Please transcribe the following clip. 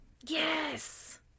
yes